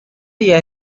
día